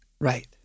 Right